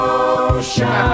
ocean